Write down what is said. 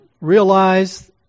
realize